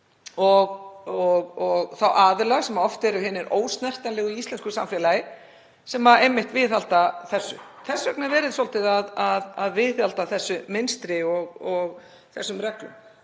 og þá aðila sem oft eru hinir ósnertanlegu í íslensku samfélagi sem viðhalda þessu. Þess vegna er svolítið verið að viðhalda þessu mynstri og þessum reglum.